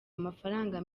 amafaranga